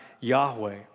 Yahweh